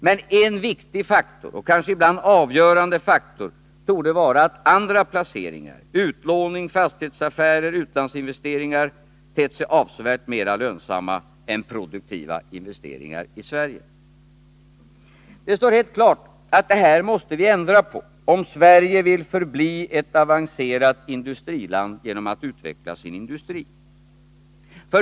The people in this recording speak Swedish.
Men en viktig, och ibland kanske avgörande, faktor torde vara att andra placeringar — utlåning, fastighetsaffärer, utlandsinvesteringar — tett sig avsevärt mera lönsamma än produktiva investeringar i Sverige. Det står helt klart att detta måste ändras, om Sverige vill förbli ett avancerat industriland genom att utveckla sin industri.